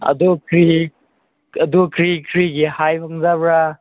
ꯑꯗꯣ ꯀꯔꯤ ꯑꯗꯣ ꯀꯔꯤ ꯀꯔꯤ